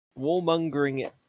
Warmongering